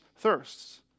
thirsts